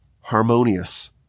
harmonious